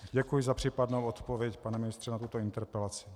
Děkuji za případnou odpověď, pane ministře, na tuto interpelaci.